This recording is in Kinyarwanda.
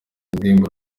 indirimbo